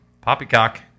Poppycock